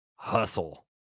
HUSTLE